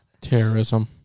Terrorism